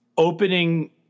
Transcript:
opening